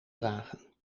dragen